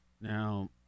Now